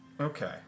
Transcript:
Okay